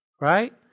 right